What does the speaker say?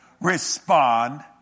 respond